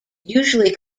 usually